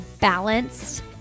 balanced